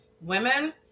women